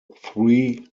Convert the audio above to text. three